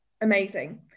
amazing